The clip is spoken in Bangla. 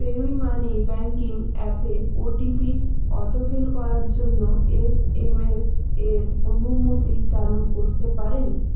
পেউই মানি ব্যাংকিং অ্যাপে ও টি পি অটোফিল করার জন্য এস এম এস এর অনুমতি চালু করতে পারেন